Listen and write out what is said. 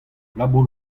labour